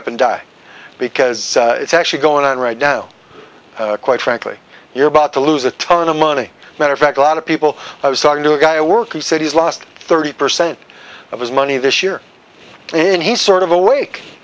up and die because it's actually going on right now quite frankly you're about to lose a ton of money matter of fact a lot of people i was talking to a guy at work who said he's lost thirty percent of his money this year and he's sort of awake